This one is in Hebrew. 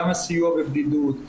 גם מבחינת הסיוע במצבי בדידות,